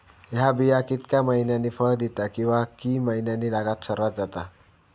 हया बिया कितक्या मैन्यानी फळ दिता कीवा की मैन्यानी लागाक सर्वात जाता?